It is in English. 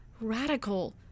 radical